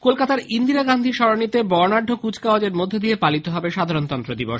কলকাতার ইন্দিরাগান্ধী সরণীতে বর্ণাঢ্য কুচকাওয়াজের মধ্যে দিয়ে পালিত হবে সাধারণতন্ত্র দিবস